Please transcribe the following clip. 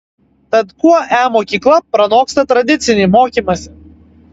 tad kuo e mokykla pranoksta tradicinį mokymąsi